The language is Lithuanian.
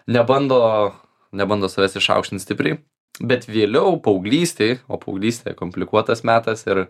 nebando nebando savęs išaukštint stipriai bet vėliau paauglystėj o paauglystė komplikuotas metas ir